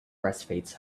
breastfeeds